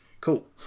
Cool